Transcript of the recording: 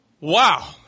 Wow